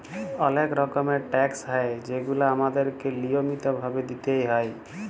অলেক রকমের ট্যাকস হ্যয় যেগুলা আমাদেরকে লিয়মিত ভাবে দিতেই হ্যয়